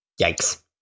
yikes